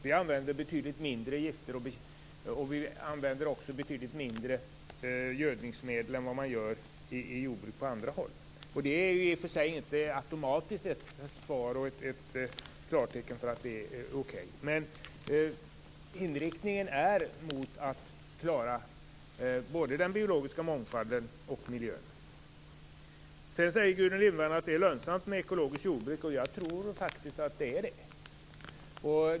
Vi använder betydligt mindre gifter och gödningsmedel än vad man gör i jordbruk på andra håll. Det är i och för sig inte automatiskt ett försvar och klartecken på att det är okej. Men inriktningen är att klara både den biologiska mångfalden och miljön. Sedan säger Gudrun Lindvall att det är lönsamt med ekologiskt jordbruk. Jag tror faktiskt att det är det.